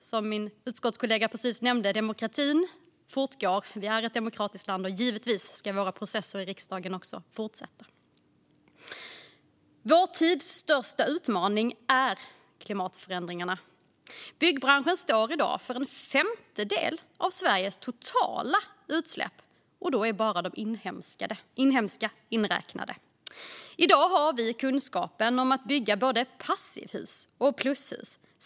Som min utskottskollega nyss nämnde fortgår demokratin. Vi är ett demokratiskt land, och givetvis ska våra processer i riksdagen fortsätta. Vår tids största utmaning är klimatförändringarna. Byggbranschen står i dag för en femtedel av Sveriges totala utsläpp, och då är bara de inhemska utsläppen inräknade. I dag har vi kunskapen att bygga både passivhus och plushus.